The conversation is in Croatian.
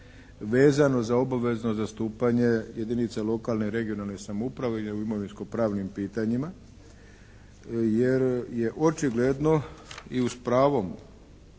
vezano za obavezno zastupanje jedinica lokalne i regionalne samouprave u imovinskopravnim pitanjima jer je očigledno i s pravom